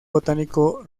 botánico